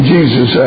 Jesus